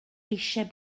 eisiau